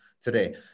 today